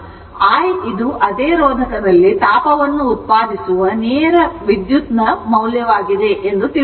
i ಇದು ಅದೇ ರೋಧಕದಲ್ಲಿ ತಾಪವನ್ನು ಉತ್ಪಾದಿಸುವ ನೇರ ಪ್ರವಾಹದ ಮೌಲ್ಯವಾಗಿದೆ ಎಂದು ತಿಳಿಯೋಣ